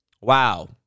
wow